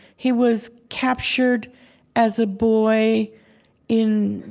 he was captured as a boy in,